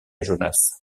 jonas